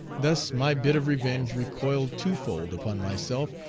thus my bit of revenge recoiled twofold upon myself,